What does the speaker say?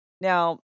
now